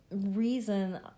reason